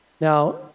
Now